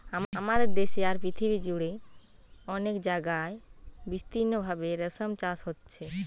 আমাদের দেশে আর পৃথিবী জুড়ে অনেক জাগায় বিস্তৃতভাবে রেশম চাষ হচ্ছে